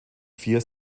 vier